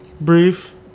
Brief